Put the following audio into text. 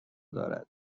دارد